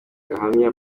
ahamya